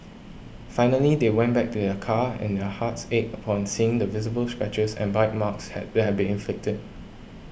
finally they went back to their car and their hearts ached upon seeing the visible scratches and bite marks had that had been inflicted